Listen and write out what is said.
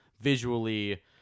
Visually